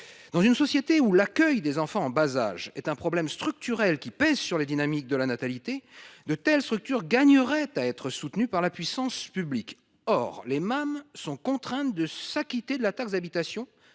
Dans une société où l’accueil des enfants en bas âge est un problème structurel qui pèse sur les dynamiques de la natalité, de telles structures gagneraient à être soutenues par la puissance publique. Or les MAM sont contraintes de s’acquitter de la taxe d’habitation